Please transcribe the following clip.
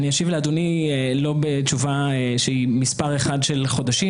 אני אשיב לאדוני שהיא לא בתשובה שהיא מספר אחד של חודשים